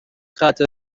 قطع